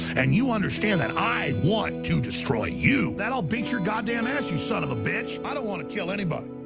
and you understand that i want to destroy you! then i'll beat your goddamn ass, you son of a bitch! i don't wanna kill anybody,